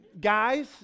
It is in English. guys